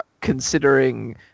considering